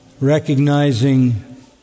recognizing